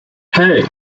hey